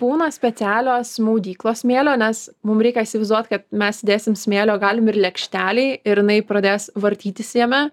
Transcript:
būna specialios maudyklos smėlio nes mum reikia įsivaizduot kad mes dėsim smėlio galim ir lėkštelėj ir jinai pradės vartytis jame